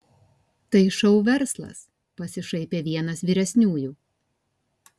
tai šou verslas pasišaipė vienas vyresniųjų